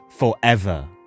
Forever